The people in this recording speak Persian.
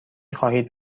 خواهید